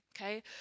okay